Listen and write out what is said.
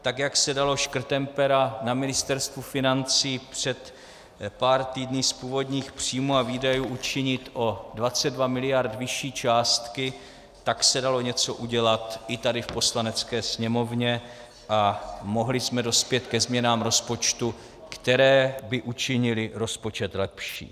Tak jak se dalo škrtem pera na Ministerstvu financí před pár týdny, z původních příjmů a výdajů učinit o 22 miliard vyšší částky, tak se dalo něco udělat i tady v Poslanecké sněmovně a mohli jsme dospět ke změnám rozpočtu, které by učinily rozpočet lepším.